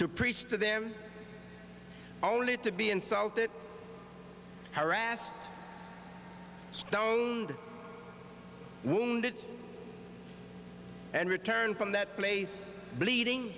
to preach to them only to be insulted harassed stoned wounded and returned from that place bleeding